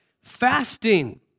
Fasting